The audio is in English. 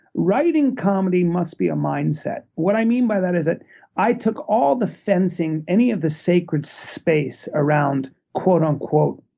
writing comedy must be a mindset. what i mean by that is that i took all the fencing any of the sacred space around, quote unquote,